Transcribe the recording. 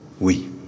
oui